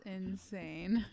insane